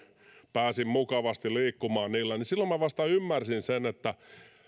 pääsin mukavasti liikkumaan niillä silloin minä vasta ymmärsin sen että